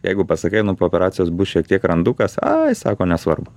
jeigu pasakai po operacijos bus šiek tiek randukas ai sako nesvarbu